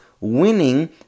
winning